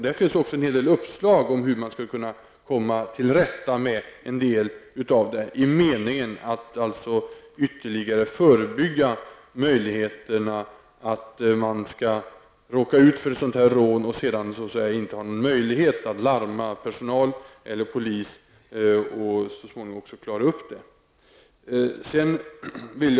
Det finns också en hel del uppslag till hur man skall komma till rätta med en del av denna brottslighet, i meningen att ytterligare förebygga riskerna för att råka ut för ett sådant här rån, öka möjligheterna att larma personal eller polis och så småningom också klara upp fallet.